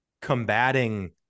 combating